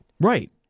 Right